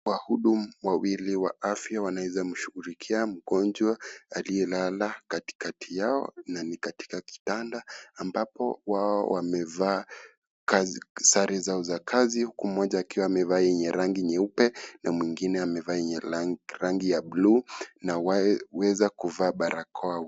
Wahudumu wawili wa afya wanashughulikia mgonjwa aliyelala katikati yao na ni katika kitanda ambapo wao wamevaa sare zao za kazi huku mmoja akiwa amevaa yenye rangi nyeupe na mwengine amevaa yenye rangi ya bluu na wameweza kuvaa barakoa.